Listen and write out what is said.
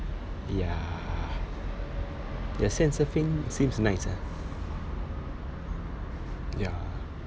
ya the sand surfing seems nice ah ya